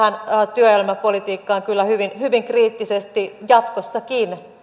työelämäpolitiikkaan kyllä hyvin hyvin kriittisesti jatkossakin